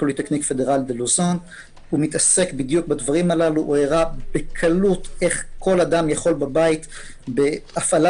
הוא מתעסק בדברים האלה והראה בקלות איך כל אדם יכול בבית בהפעלה